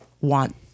want